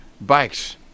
bikes